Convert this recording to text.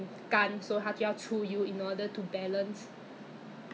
so you should not damp you should not wet your face so 你再挤一点点